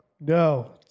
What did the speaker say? No